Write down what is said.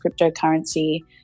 cryptocurrency